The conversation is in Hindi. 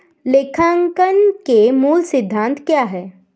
लेखांकन के मूल सिद्धांत क्या हैं?